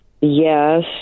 Yes